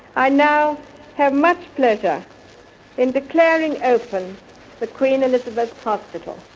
i now have much pleasure in declaring open the queen elizabeth hospital.